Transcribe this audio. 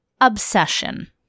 obsession